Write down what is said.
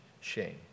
shame